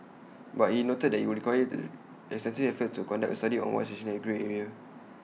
but he noted that IT would required extensive efforts to conduct A study on what is essentially A grey area